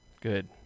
Good